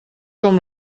com